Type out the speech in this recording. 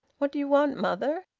what do you want, mother?